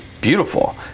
beautiful